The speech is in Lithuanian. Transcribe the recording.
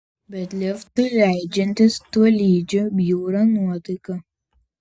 bet liftui leidžiantis tolydžio bjūra nuotaika